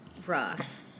rough